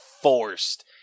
forced